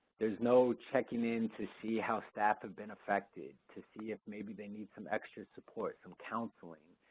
there's no checking in to see how staff have been affected, to see if maybe they need some extra support, some counseling.